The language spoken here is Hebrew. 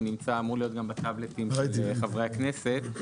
הוא אמור להיות בטאבלטים של חברי הכנסת.